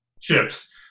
chips